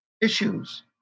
issues